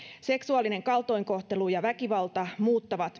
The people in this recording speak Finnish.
seksuaalinen kaltoinkohtelu ja väkivalta myös muuttavat